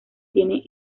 tiene